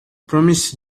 promise